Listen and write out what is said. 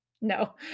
no